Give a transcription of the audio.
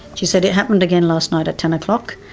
she said it happened again last night at ten o'clock.